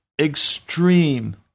extreme